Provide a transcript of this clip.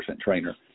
trainer